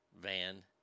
Van